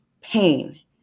pain